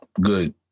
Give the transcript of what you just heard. Good